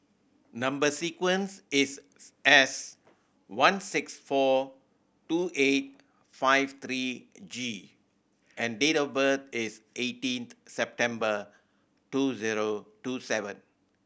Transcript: number sequence is S one six four two eight five three G and date of birth is eighteen September two zero two seven